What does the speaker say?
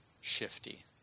shifty